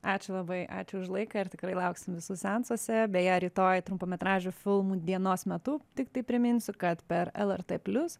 ačiū labai ačiū už laiką ir tikrai lauksim visų seansuose beje rytoj trumpametražių filmų dienos metu tiktai priminsiu kad per lrt plius